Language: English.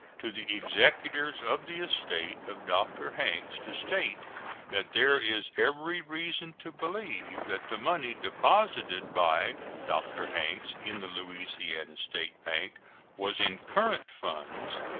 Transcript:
to the executors of the estate of dr. hanks to state that there is every reason to believe that the money deposited by dr. hanks in the louisiana state bank was in current funds,